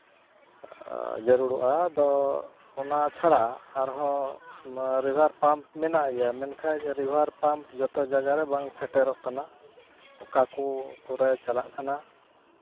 ᱡᱟᱹᱨᱩᱲᱚᱜᱼᱟ ᱟᱫᱚ ᱚᱱᱟ ᱪᱷᱟᱲᱟ ᱟᱨᱦᱚᱸ ᱨᱤᱵᱷᱟᱨ ᱯᱟᱢᱯ ᱢᱮᱱᱟᱜ ᱜᱮᱭᱟ ᱢᱮᱱᱠᱷᱟᱱ ᱨᱤᱵᱷᱟᱨ ᱯᱟᱢᱯ ᱡᱚᱛᱚ ᱡᱟᱭᱜᱟ ᱨᱮ ᱵᱟᱝ ᱥᱮᱴᱮᱨᱚᱜ ᱠᱟᱱᱟ ᱚᱠᱟ ᱠᱚ ᱠᱚᱨᱮᱫ ᱪᱟᱞᱟᱜ ᱠᱟᱱᱟ